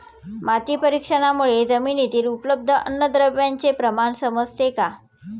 माती परीक्षणामुळे जमिनीतील उपलब्ध अन्नद्रव्यांचे प्रमाण समजते का?